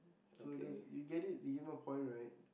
so does you get it you give a point right